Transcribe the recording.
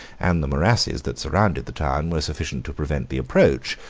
and the morasses that surrounded the town, were sufficient to prevent the approach,